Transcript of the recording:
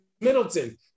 Middleton